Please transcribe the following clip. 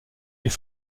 est